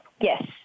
Yes